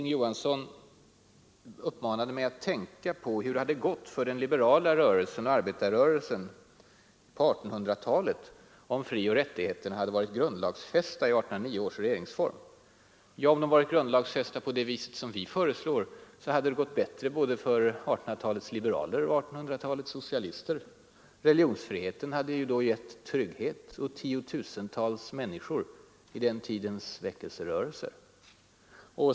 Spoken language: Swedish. Herr Johansson uppmanade mig att tänka på hur det skulle ha gått för den liberala rörelsen och arbetarrörelsen på 1800-talet, om frioch rättigheterna hade varit grundlagsfästa i 1809 års regeringsform. Ja, om de hade varit grundlagsfästa på det sätt som vi föreslår, hade det gått bättre både för 1800-talets liberaler och för 1800-talets socialister. Religionsfriheten hade då givit trygghet åt tiotusentals människor i den tidens väckelserörelser.